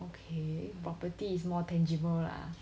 okay property is more tangible lah